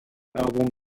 album